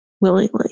willingly